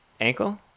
ankle